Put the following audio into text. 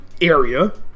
area